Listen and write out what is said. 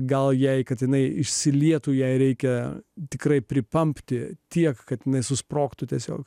gal jei katinai išsilietų jei reikia tikrai pripampti tiek kad jinai susprogtų tiesiog